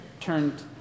turned